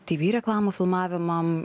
tv reklamų filmavimam